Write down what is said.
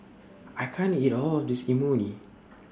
I can't eat All of This Imoni